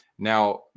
Now